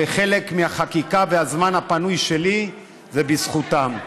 וחלק מהחקיקה והזמן הפנוי שלי זה בזכותן.